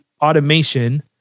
automation